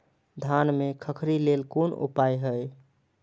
धान में खखरी लेल कोन उपाय हय?